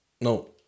No